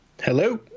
Hello